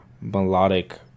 melodic